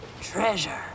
Treasure